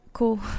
cool